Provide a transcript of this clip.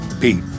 Pete